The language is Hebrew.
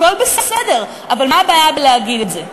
הכול בסדר, אבל מה הבעיה להגיד את זה?